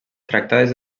tractades